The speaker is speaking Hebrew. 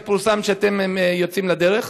שפורסם שאתם יוצאים לדרך.